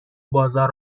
بازار